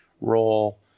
role